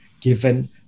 given